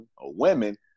women